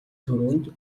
түрүүнд